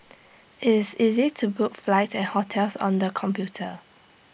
it's easy to book flight and hotels on the computer